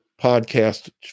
podcast